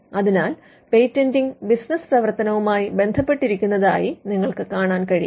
അതിനാൽ patenting business പ്രവർത്തനവുമായി ബന്ധപ്പെട്ടിരിക്കുന്നതായി നിങ്ങൾക്ക് കാണാൻ കഴിയും